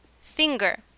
Finger